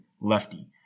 lefty